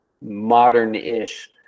modern-ish